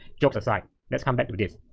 jokes aside. let's come back to this.